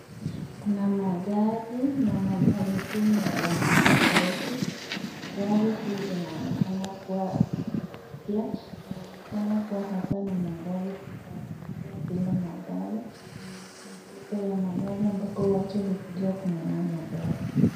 Kuna magari na magari hii ni ya rangi tofauti na magari hii ina onekana kuwa ni mpya. Ina onekana hapa ni magari pa kuuza magari, ni soko ya magari ambapo watu hukuja kununua magari.